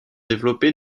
développé